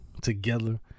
together